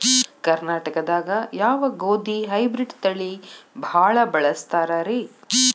ಕರ್ನಾಟಕದಾಗ ಯಾವ ಗೋಧಿ ಹೈಬ್ರಿಡ್ ತಳಿ ಭಾಳ ಬಳಸ್ತಾರ ರೇ?